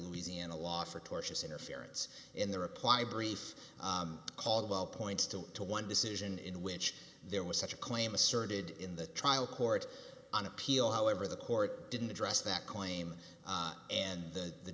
louisiana law for tortious interference in the reply brief caldwell points two to one decision in which there was such a claim asserted in the trial court on appeal however the court didn't address that claim and the